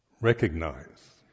recognize